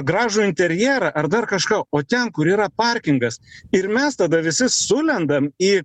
gražų interjerą ar dar kažką o ten kur yra parkingas ir mes tada visi sulendam į